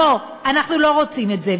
לא, אנחנו לא רוצים את זה.